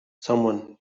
someone